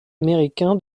américain